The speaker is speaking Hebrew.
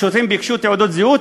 השוטרים ביקשו תעודות זהות,